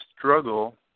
Struggle